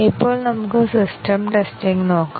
ഇപ്പോൾ നമുക്ക് system testing നോക്കാം